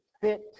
fit